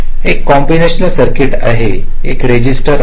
एक कॉम्बिनेशनल सर्किटआहे एक रजिस्टर आहे